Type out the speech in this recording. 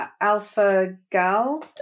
alpha-gal